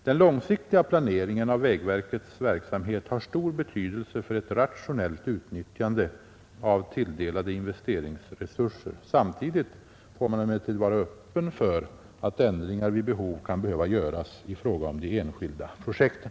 Den långsiktiga planeringen av vägverkets verksamhet har stor betydelse för ett rationellt utnyttjande av tilldelade investeringsresurser. Samtidigt får man emellertid vara öppen för att ändringar vid behov kan behöva göras i fråga om de enskilda projekten.